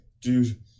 Dude